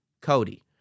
Cody